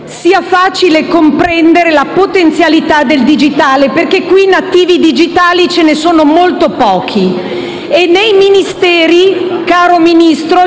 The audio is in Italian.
sia facile comprendere la potenzialità del digitale, perché qui di nativi digitali ce ne sono molto pochi e nei Ministeri, caro Ministro,